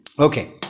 Okay